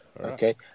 Okay